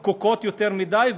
פקוקות יותר מדי,